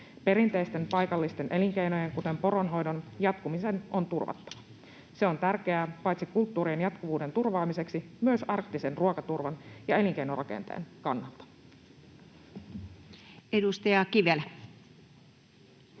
Perinteisten paikallisten elinkeinojen, kuten poronhoidon, jatkuminen on turvattava. Se on tärkeää paitsi kulttuurin jatkuvuuden turvaamiseksi myös arktisen ruokaturvan ja elinkeinorakenteen kannalta. Edustaja Kivelä.